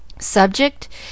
Subject